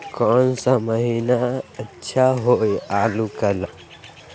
कौन सा महीना अच्छा होइ आलू के ला?